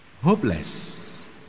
hopeless